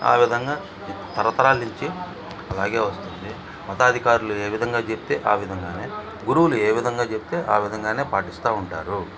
ఆ విధంగా తరతరాల నుంచి అలాగే వస్తుంది మతాధికారులు ఏ విధంగా చెప్తే ఆ విధంగానే గురువులు ఏ విధంగా చెప్తే ఆ విధంగానే పాటిస్తూ ఉంటారు